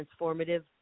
transformative